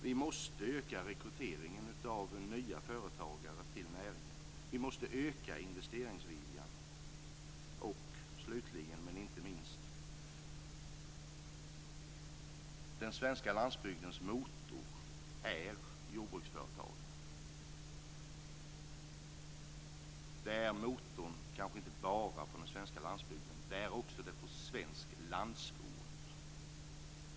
Vi måste öka rekryteringen av nya företagare till näringen, vi måste öka investeringsviljan och slutligen men inte minst är jordbruksföretagen den svenska landsbygdens motor. De är motorn inte bara på den svenska landsbygden utan även på svensk landsort.